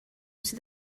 sydd